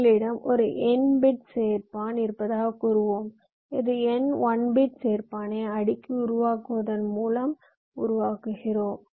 எங்களிடம் ஒரு n bit சேர்ப்பான் இருப்பதாகக் கூறுவோம் இது n 1 பிட் சேர்பானை அடுக்கி உருவாக்குவதன் மூலம் உருவாக்குகிறோம்